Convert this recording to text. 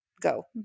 go